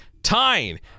Tying